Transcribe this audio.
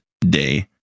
day